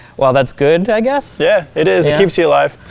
well, that's good, i guess? yeah, it is. it keeps you alive.